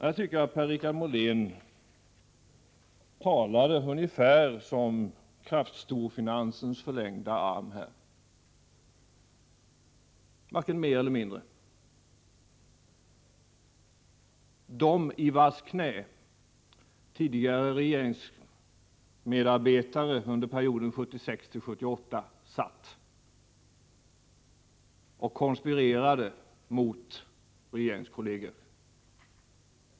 Jag tycker att Per-Richard Molén talade ungefär som kraft-storfinansens förlängda arm här — varken mer eller mindre. Jag syftar på de kretsar i vars knä tidigare regeringsmedarbetare under perioden 1976-1978 satt och konspirerade mot regeringskolleger.